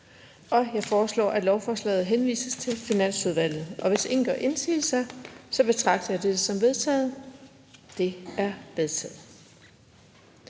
Jeg foreslår, at lovforslaget henvises til Finansudvalget. Hvis ingen gør indsigelse, betragter jeg dette som vedtaget. Det er vedtaget.